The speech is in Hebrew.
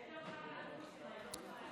אדוני היושב-ראש,